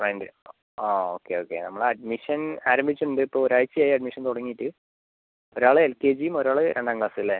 rent ആ okay okay നമ്മള admission ആരംഭിച്ചിട്ടുണ്ട് ഇപ്പോൾ ഒരാഴ്ച്ച ആയി അഡ്മിഷൻ തുടങ്ങിയിട്ട് ഒരാൾ എൽ കെ ജിയും ഒരാൾ രണ്ടാം ക്ലാസ്സും അല്ലേ